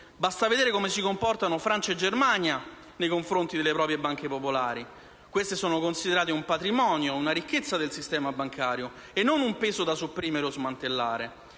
Basta vedere come si comportano Francia e Germania nei confronti delle proprie banche popolari! Queste sono considerate un patrimonio e una ricchezza del sistema bancario e non un peso da sopprimere o smantellare.